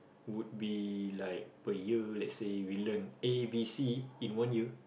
would be like per year let's say we learn A B C in one year